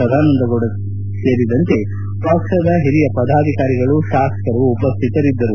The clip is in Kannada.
ಸದಾನಂದಗೌಡ ಸೇರಿದಂತೆ ಪಕ್ಷದ ಹಿರಿಯ ಪದಾಧಿಕಾರಿಗಳು ಶಾಸಕರು ಉಪಸ್ಥಿತರಿದ್ದರು